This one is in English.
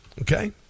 Okay